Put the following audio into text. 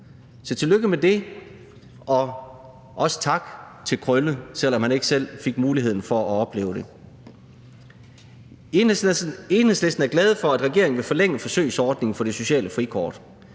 Så tillykke med det – og også tak til Krølle, selv om han ikke selv fik muligheden for at opleve det. I Enhedslisten er vi glade for, at regeringen vil forlænge forsøgsordningen med det sociale frikort.